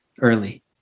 early